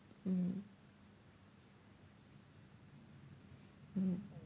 mm mm